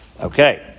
Okay